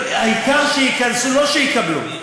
העיקר שייכנסו, לא שיקבלו.